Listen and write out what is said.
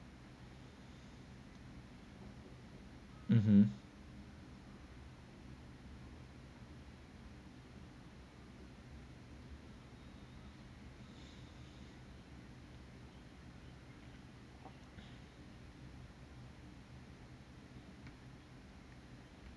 mmhmm